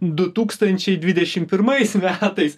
du tūkstančiai dvidešim pirmais metais